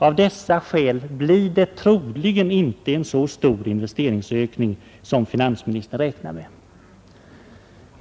Av dessa skäl blir det troligen inte en så stark investeringsökning som finansministern räknar med.